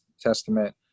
Testament